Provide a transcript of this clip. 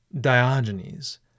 Diogenes